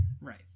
right